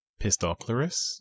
pistoclerus